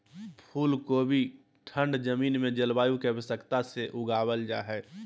फूल कोबी ठंड जमीन में जलवायु की आवश्यकता से उगाबल जा हइ